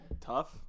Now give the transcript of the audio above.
tough